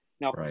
Now